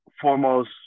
foremost